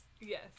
Yes